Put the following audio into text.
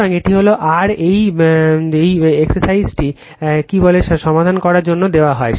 সুতরাং এটি হল r এই ব্যায়ামটিকে কী বলে এটি সমাধান করার জন্য দেওয়া হয়